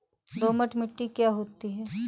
दोमट मिट्टी क्या होती हैं?